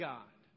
God